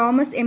Thomas M